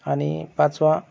आणि पाचवा